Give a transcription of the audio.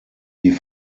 die